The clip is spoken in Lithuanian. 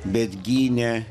bet gynė